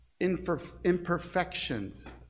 imperfections